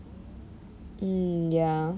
mm ya